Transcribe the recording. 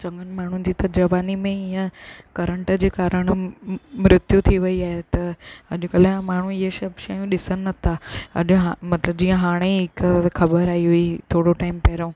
चङनि माण्हुनि जी त जवानी में इअं करंट जे कारण मृत्यु थी वेई आहे त अॼुकल्ह जा माण्हू इहे शइ ॾिसनि नथा अॼु हा जीअं हाणे हिकु ख़बर आई हुई थोरो टाइम पहिरों